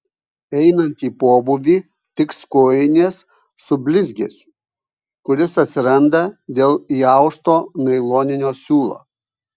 einant į pobūvį tiks kojinės su blizgesiu kuris atsiranda dėl įausto nailoninio siūlo